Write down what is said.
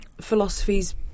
philosophies